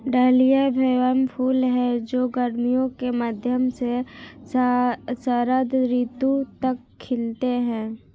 dahlia भव्य फूल हैं जो गर्मियों के मध्य से शरद ऋतु तक खिलते हैं